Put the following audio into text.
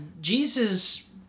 Jesus